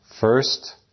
First